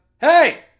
Hey